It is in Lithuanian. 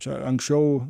čia anksčiau